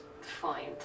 fine